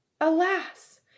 alas